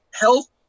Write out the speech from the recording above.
Health